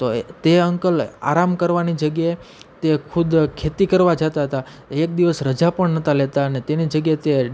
તો તે અંકલ આરામ કરવાની જગ્યાએ તે ખુદ ખેતી કરવા જતા તા એક દિવસ રજા પણ નહોતા લેતા અને તેની જગ્યાએ તે